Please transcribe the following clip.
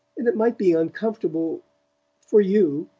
and it might be uncomfortable for you.